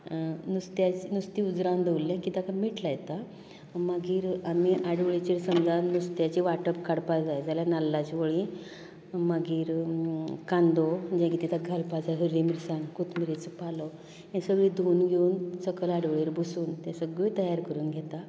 नुस्त्याचे नुस्तें उजरावन दवरलें की ताका मीठ लायता मागीर आमी आदोळेचेर समजा नुस्त्याचें वाटप काडपाक जाय जाल्यार नाल्लाच्यो वळी मागीर कांदो जें कितें ताका घालपाक जाय हरवी मिरसांग कोथमिरेचो पालो हें सगलें धुवन घेवन सकयल आदोळेर बसून तें सगलें तयार करून घेता